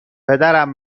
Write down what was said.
پدرم